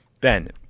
Ben